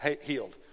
healed